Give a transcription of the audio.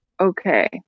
okay